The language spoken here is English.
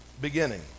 beginning